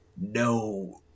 no